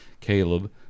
caleb